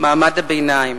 מעמד הביניים.